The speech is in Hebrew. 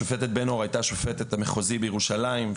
השופטת בן-אור הייתה שופטת מחוזית בירושלים,